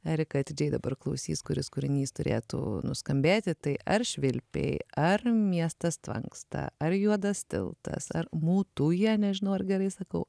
erika atidžiai dabar klausys kuris kūrinys turėtų nuskambėti tai ar švilpiai ar miestas tvanksta ar juodas tiltas ar mutuja nežinau ar gerai sakau